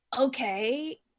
Okay